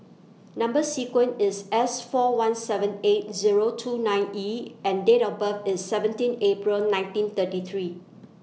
Number sequence IS S four one seven eight Zero two nine E and Date of birth IS seventeen April nineteen thirty three